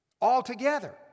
altogether